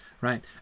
right